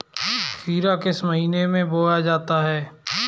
खीरा किस महीने में बोया जाता है?